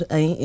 em